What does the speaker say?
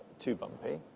too bumpy.